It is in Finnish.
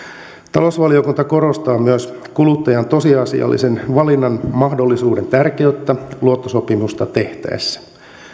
talousvaliokunta korostaa myös kuluttajan tosiasiallisen valinnanmahdollisuuden tärkeyttä luottosopimusta tehtäessä